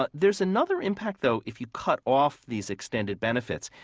but there's another impact, though, if you cut off these extended benefits.